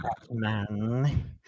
Batman